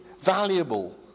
valuable